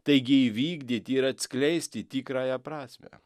taigi įvykdyti ir atskleisti tikrąją prasmę